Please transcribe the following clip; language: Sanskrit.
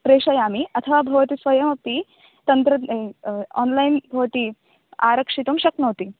प्रेषयामि अथवा भवती स्वयमपि तन्त्रद्वा ओन्लैन् भवती आरक्षितुं शक्नोति